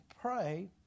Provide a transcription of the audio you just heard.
pray